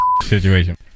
situation